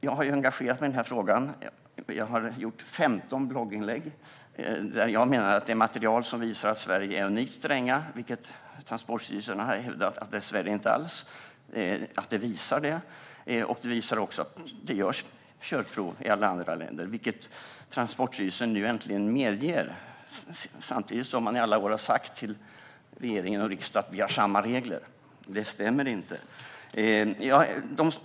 Jag har engagerat mig i frågan och skrivit 15 blogginlägg. Där finns material som visar att Sverige är unikt stränga, vilket Transportstyrelsen menar att Sverige inte alls är. Där visas också att det görs körprov i alla andra länder, vilket Transportstyrelsen nu äntligen medger efter att i alla år ha sagt till regering och riksdag att vi har samma regler. Det stämmer alltså inte.